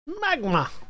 magma